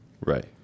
right